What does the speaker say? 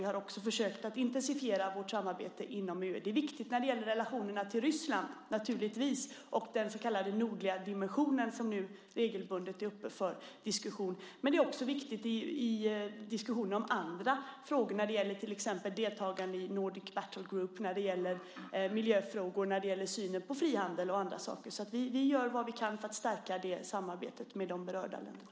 Vi har också försökt att intensifiera vårt samarbete inom EU. Det är naturligtvis viktigt när det gäller relationerna till Ryssland och den så kallade nordliga dimensionen som nu regelbundet är uppe till diskussion. Det är också viktigt i diskussionen om andra frågor som till exempel deltagandet i Nordic Battle Group, miljöfrågor, synen på frihandel och annat. Vi gör vad vi kan för att stärka samarbetet med de berörda länderna.